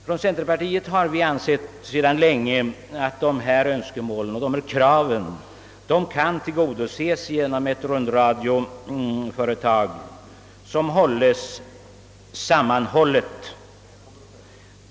I centerpartiet har vi sedan länge ansett att dessa önskemål och krav kan tillgodoses genom ett sammanhållet rundradioföretag.